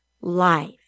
life